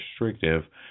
restrictive